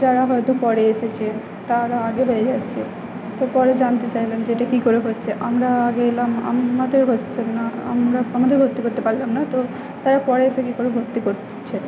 যারা হয়তো পরে এসেছে তারা আগে হয়ে যাচ্ছে তো পরে জানতে চাইলাম যে এটা কী করে হচ্ছে আমরা আগে এলাম আমমাদের হচ্ছে না আমরা আমাদের ভর্ত্তি করতে পারলাম না তো তারা পরে এসে কী করে ভর্ত্তি করছে